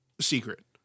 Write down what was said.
secret